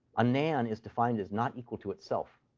a nan is defined as not equal to itself.